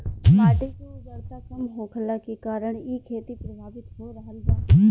माटी के उर्वरता कम होखला के कारण इ खेती प्रभावित हो रहल बा